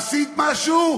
עשית משהו?